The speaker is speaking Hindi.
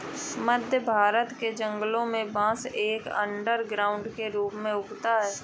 मध्य भारत के जंगलों में बांस एक अंडरग्राउंड के रूप में उगता है